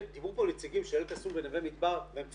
דיברו פה נציגים של אלקסום ונווה מדבר והם צודקים,